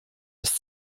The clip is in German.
ist